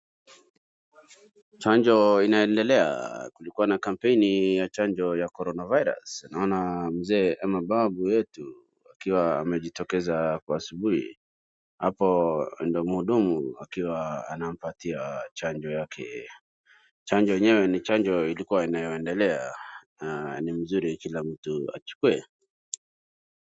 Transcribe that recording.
chanjo inaendelea kulikuwa na kampeni ya chanjo ya korona virus naona mzee ama babu wetu akiwa amejitokeza kwa asubuhi hapo ndo mhudumu akiwa anampatia chanjo yake ,chanjo yenyewe ni chanjo iliyokuwa inaendelea na ni mzuri kila mtu achukue